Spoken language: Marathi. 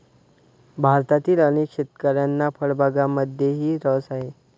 भारतातील अनेक शेतकऱ्यांना फळबागांमध्येही रस आहे